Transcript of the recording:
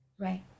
right